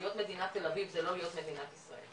להיות מדינת תל אביב זה לא להיות מדינת ישראל.